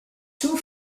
too